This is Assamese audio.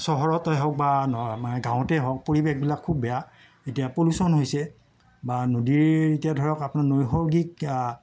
চহৰতেই হওঁক বা ন আমাৰ গাঁৱতে হওঁক পৰিৱেশবিলাক খুব বেয়া এতিয়া পল্যুশ্যন হৈছে বা নদীৰ এতিয়া ধৰক আপোনাৰ নৈসৰ্গিক